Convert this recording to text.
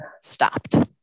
stopped